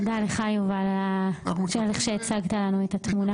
תודה לך ועל הדרך שבה הצגת את הדברים.